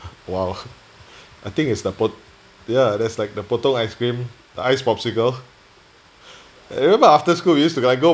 !wow! I think it's po~ ya that's like the potong ice cream the ice popsicle I remember after school you used to like go